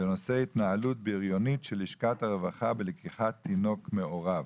בנושא התנהלות בריונית של לשכת הרווחה בלקיחת תינוק מהוריו.